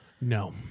No